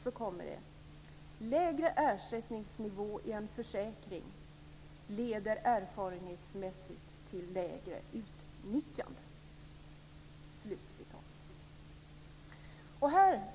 Så kommer det: "Lägre ersättningsnivå i en försäkring leder erfarenhetsmässigt till lägre utnyttjande."